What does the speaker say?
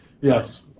yes